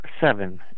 Seven